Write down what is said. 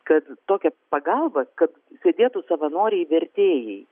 kad tokia pagalba kad sėdėtų savanoriai vertėjai